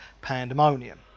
pandemonium